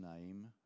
name